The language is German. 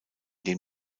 dem